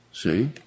See